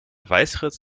weißeritz